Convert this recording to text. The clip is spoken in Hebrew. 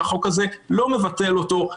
שהחוק הזה לא מבטל אותו,